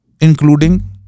including